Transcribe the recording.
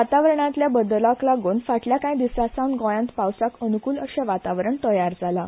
वातावरणांतल्या बदलाक लागून फाटल्या कांय दिसां सावन गोयांत पावसाक अनुकूल अर्शे वातावरण तयार जालां